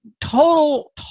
total